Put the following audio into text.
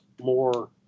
more